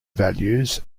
values